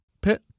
pit